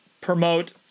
promote